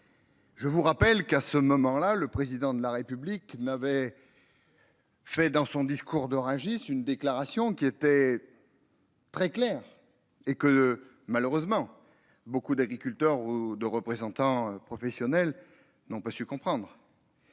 Je vous rappelle qu'à ce moment-là, le président de la République n'avait. Fait dans son discours de Rungis. Une déclaration qui était. Très claire et que le malheureusement beaucoup d'agriculteurs ou de représentants professionnels. N'ont pas su comprendre.